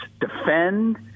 defend